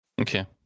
Okay